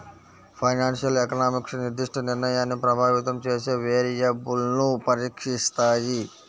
financial economics నిర్దిష్ట నిర్ణయాన్ని ప్రభావితం చేసే వేరియబుల్స్ను పరీక్షిస్తాయి